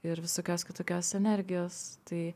ir visokios kitokios energijos tai